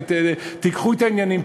תיקחו את העניינים,